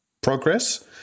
progress